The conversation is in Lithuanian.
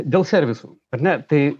dėl servisų ar ne tai